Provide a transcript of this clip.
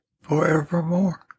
Forevermore